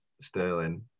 Sterling